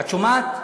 את שומעת?